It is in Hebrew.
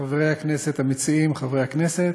חברי הכנסת המציעים, חברי הכנסת,